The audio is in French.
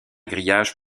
grillage